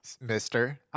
Mister